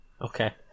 Okay